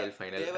final